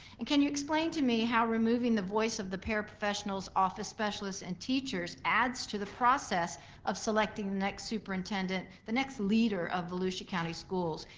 and can you explain to me how removing the voice of the paraprofessionals, office specialists and teachers adds to the process of selecting the next superintendent, the next leader of volusia county school?